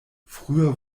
früher